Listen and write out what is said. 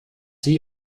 sie